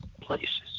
Places